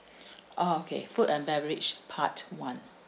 orh okay food and beverage part one